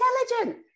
intelligent